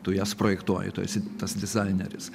tu jas projektuoji tu esi tas dizaineris